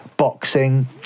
boxing